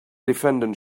defendant